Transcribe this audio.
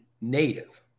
native